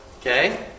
Okay